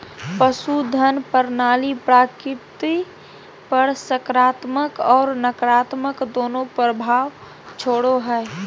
पशुधन प्रणाली प्रकृति पर सकारात्मक और नकारात्मक दोनों प्रभाव छोड़ो हइ